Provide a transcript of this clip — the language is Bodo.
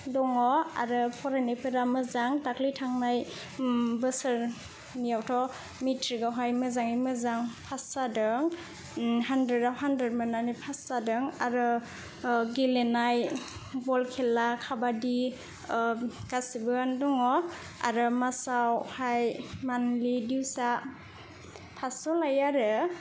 दङ आरो फरायनाय फोरा मोजां दाखालि थांनाय बोसोरनियावथ मेट्रिकाव मोजाङैनो मोजां पास जादों हानद्रेदाव हानद्रेद मोननानै पास जादों आरो गेलेनाय बल खेला काबादि गासिबो दङ आरो मासावहाय मानलि दिउसा पासस' लायो आरो